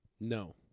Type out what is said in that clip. No